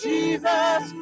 Jesus